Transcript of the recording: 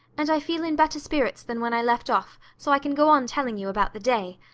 and i feel in better spirits than when i left off, so i can go on telling you about the day.